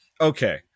Okay